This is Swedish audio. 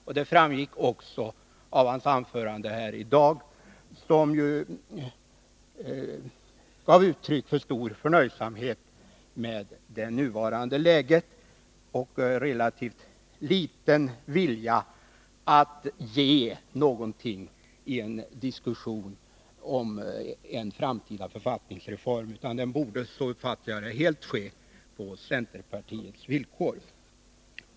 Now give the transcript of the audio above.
Den uppfattningen får stöd också av hans anförande här i dag, som ju gav uttryck för stor förnöjsamhet med det nuvarande läget och relativt liten vilja att ge någonting i en diskussion om en framtida författningsreform. En sådan borde — så uppfattar jag Bertil Fiskesjös anförande — ske helt på centerpartiets villkor.